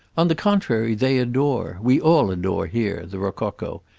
on the contrary they adore we all adore here the rococo,